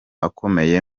akomeye